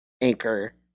anchor